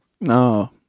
No